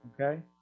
Okay